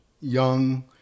young